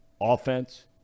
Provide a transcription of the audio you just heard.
Offense